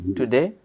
today